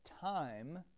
time